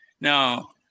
Now